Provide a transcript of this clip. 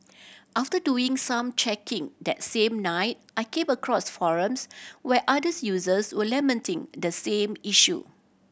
after doing some checking that same night I came across forums where others users were lamenting the same issue